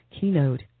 keynote